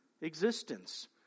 existence